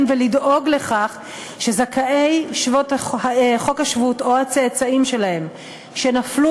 ולדאוג לכך שזכאי חוק השבות או הצאצאים שלהם שנפלו